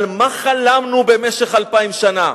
על מה חלמנו במשך אלפיים שנה?